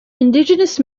indigenous